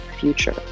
future